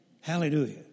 Hallelujah